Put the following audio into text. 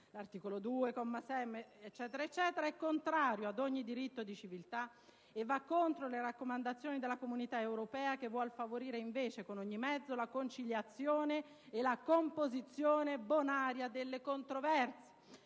L'articolo 2, comma 6, è contrario ad ogni diritto di civiltà e va contro le raccomandazioni della Comunità europea che vuole favorire, invece, con ogni mezzo, la conciliazione e la composizione bonaria delle controversie.